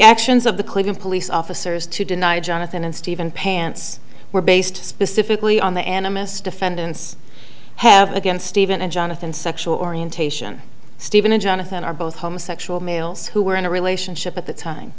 actions of the cleveland police officers to deny jonathan and steven pants were based specifically on the animists defendants have against steven and jonathan sexual orientation steven and jonathan are both homosexual males who were in a relationship at the time